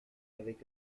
avec